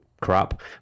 crap